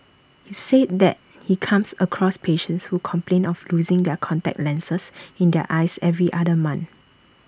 he said that he comes across patients who complain of losing their contact lenses in their eyes every other month